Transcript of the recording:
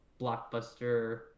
blockbuster